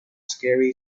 scary